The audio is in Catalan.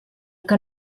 que